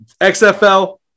XFL